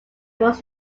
was